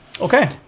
Okay